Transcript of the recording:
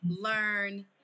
learn